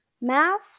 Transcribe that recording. math